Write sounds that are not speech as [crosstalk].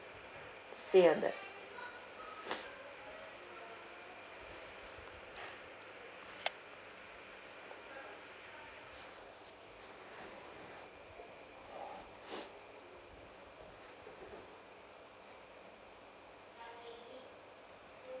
say on that [breath]